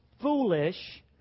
foolish